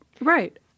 right